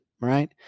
right